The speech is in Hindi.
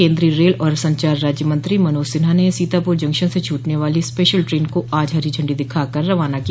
केन्द्रीय रेल और संचार राज्यमंत्री मनोज सिन्हा ने सीतापुर जंक्शन से छूटने वाली स्पेशल ट्रेन को आज हरी झंडी दिखा कर रवाना किया